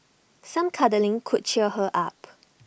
some cuddling could cheer her up